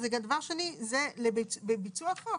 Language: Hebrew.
דבר שני, זה בביצוע החוק.